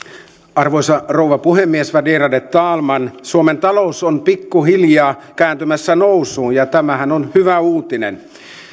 arvoisa rouva puhemies värderade talman suomen talous on pikkuhiljaa kääntymässä nousuun ja tämähän on hyvä uutinen